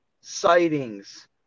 sightings